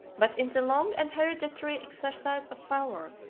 but in the long and hereditary exercise of power,